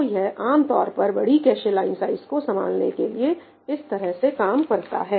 तो यह आमतौर पर बड़ी कैशे लाइन साइज को संभालने के लिए इस तरह से काम करता है